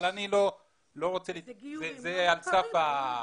אבל זה על סף ה-,